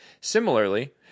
Similarly